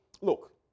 look